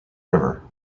river